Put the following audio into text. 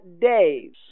days